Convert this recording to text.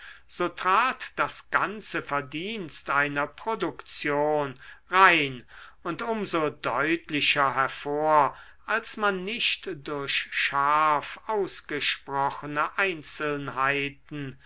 so trat das ganze verdienst einer produktion rein und um so deutlicher hervor als man nicht durch scharf ausgesprochene einzelnheiten